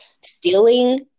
stealing